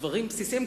דברים בסיסיים.